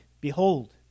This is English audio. behold